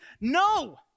no